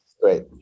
Great